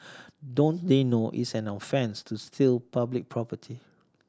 don't they know it's an offence to steal public property